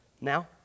Now